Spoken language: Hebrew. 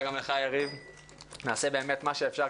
נעשה מה שאפשר כדי שהוועדה הזאת תהיה משמעותית,